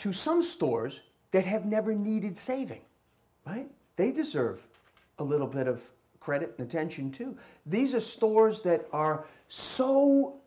to some stores they have never needed saving but they deserve a little bit of credit and attention to these a stores that are so